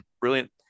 brilliant